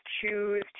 choose